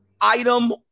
item